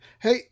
Hey